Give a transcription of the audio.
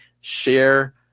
share